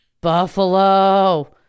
Buffalo